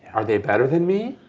are they better than me?